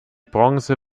bronze